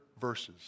verses